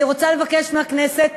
אני רוצה לבקש מהכנסת